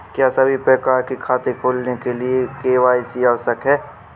क्या सभी प्रकार के खाते खोलने के लिए के.वाई.सी आवश्यक है?